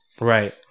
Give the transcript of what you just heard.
Right